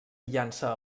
llança